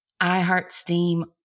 iHeartSteam